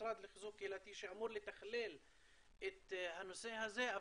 המשרד לחיזוק קהילתי שאמור לתכלל את הנושא הזה,